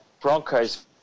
Broncos